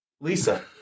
Lisa